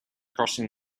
crossing